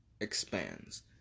expands